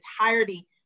entirety